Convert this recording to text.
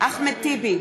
אחמד טיבי,